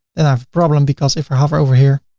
and i have a problem because if i hover over here,